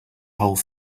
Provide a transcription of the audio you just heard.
whole